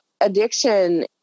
addiction